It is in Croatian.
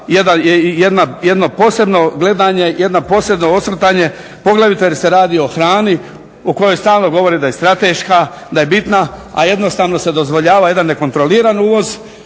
jedno posebno gledanje, jedno posebno osvrtanje poglavito jer se radi o hrani o kojoj stalno govori da je strateška, da je bitna, a jednostavno se dozvoljava jedan nekontroliran uvoz